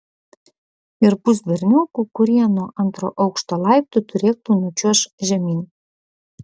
ir bus berniokų kurie nuo antro aukšto laiptų turėklų nučiuoš žemyn